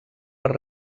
per